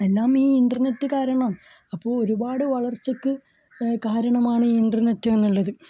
എല്ലാം ഈ ഇൻറ്റർനെറ്റ് കാരണമാണ് അപ്പോൾ ഒരുപാട് വളർച്ചക്ക് കാരണമാണ് ഈ ഇൻറ്റർനെറ്റ് എന്നുള്ളത്